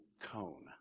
cone